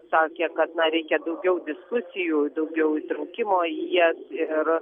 sakė kad na reikia daugiau diskusijų daugiau įtraukimo į jas ir